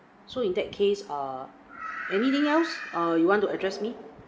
so in that case err anything else err you want to address me